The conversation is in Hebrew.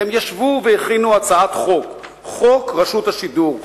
והם ישבו והכינו הצעת חוק רשות השידור,